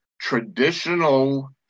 traditional